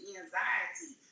anxiety